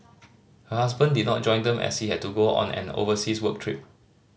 her husband did not join them as he had to go on an overseas work trip